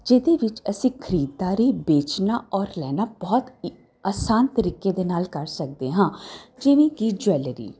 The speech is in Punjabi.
ਜਿਹਦੇ ਵਿੱਚ ਅਸੀਂ ਖਰੀਦਦਾਰੀ ਵੇਚਣਾ ਔਰ ਲੈਣਾ ਬਹੁਤ ਈ ਆਸਾਨ ਤਰੀਕੇ ਦੇ ਨਾਲ ਕਰ ਸਕਦੇ ਹਾਂ ਜਿਵੇਂ ਕਿ ਜਵੈਲਰੀ